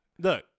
Look